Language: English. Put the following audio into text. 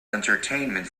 entertainment